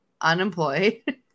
unemployed